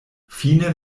fine